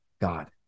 God